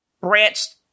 branched